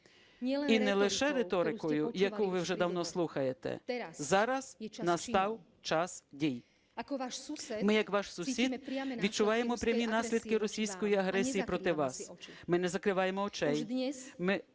і не лише риторикою, яку ви вже давно слухаєте, зараз настав час дій. Ми як ваш сусід відчуваємо прямі наслідки російської агресії проти вас, ми не закриваємо очей.